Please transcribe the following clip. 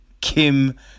Kim